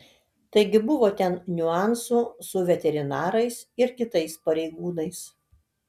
taigi buvo ten niuansų su veterinarais ir kitais pareigūnais